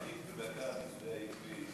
תרחיב בבקשה על עניין העברית.